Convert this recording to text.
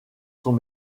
sont